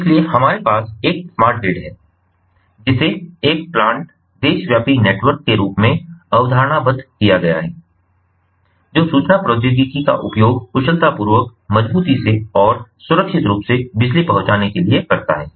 इसलिए हमारे पास एक स्मार्ट ग्रिड है जिसे एक प्लांट देशव्यापी नेटवर्क के रूप में अवधारणाबद्ध किया गया है जो सूचना प्रौद्योगिकी का उपयोग कुशलतापूर्वक मज़बूती से और सुरक्षित रूप से बिजली पहुंचाने के लिए करता है